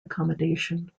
accommodation